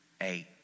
eight